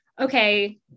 okay